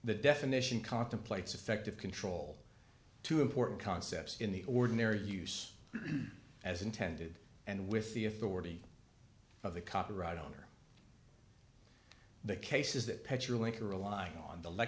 the definition contemplates effective control two important concepts in the ordinary use as intended and with the authority of the copyright owner the cases that picture link are relying on the